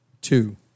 Two